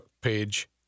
page